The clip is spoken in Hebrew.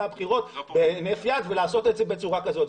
הבחירות בהינף יד ולעשות את זה בצורה כזאת.